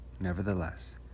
Nevertheless